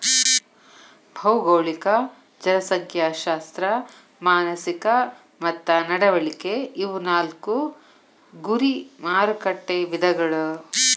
ಭೌಗೋಳಿಕ ಜನಸಂಖ್ಯಾಶಾಸ್ತ್ರ ಮಾನಸಿಕ ಮತ್ತ ನಡವಳಿಕೆ ಇವು ನಾಕು ಗುರಿ ಮಾರಕಟ್ಟೆ ವಿಧಗಳ